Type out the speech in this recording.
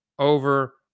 over